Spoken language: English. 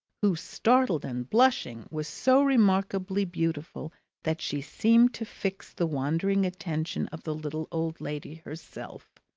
who, startled and blushing, was so remarkably beautiful that she seemed to fix the wandering attention of the little old lady herself.